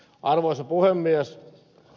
arvoisa puhemies